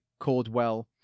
Cordwell